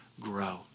grow